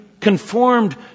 conformed